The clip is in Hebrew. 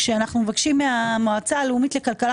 כשאנחנו מבקשים מהמועצה הלאומית לכלכלה